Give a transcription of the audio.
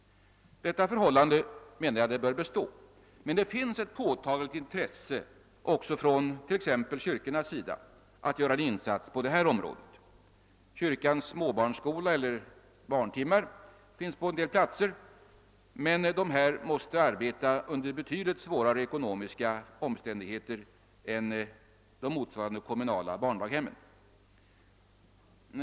Detta förhållande bör enligt min mening bestå, men det finns också ett påtagligt intresse från t.ex. kyrkornas sida att göra en insats på detta område. Kyrkans småbarnsskola eller barntimmar finns på en del platser, men man måste arbeta under betydligt svårare ekonomiska omständigheter än de motsvarande kommunala barndaghemmen.